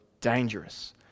dangerous